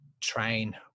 train